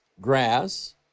Grass